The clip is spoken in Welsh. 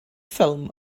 ffilm